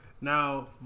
Now